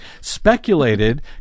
speculated